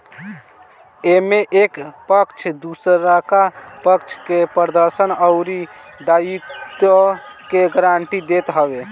एमे एक पक्ष दुसरका पक्ष के प्रदर्शन अउरी दायित्व के गारंटी देत हवे